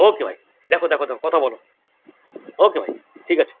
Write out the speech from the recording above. ওকে ভাই দেখো দেখো দেখো কথা বলো ওকে ভাই ঠিক আছে